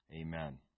Amen